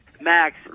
MAX